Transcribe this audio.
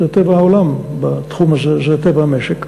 זה טבע העולם בתחום הזה, זה טבע המשק.